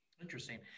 Interesting